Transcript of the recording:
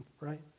right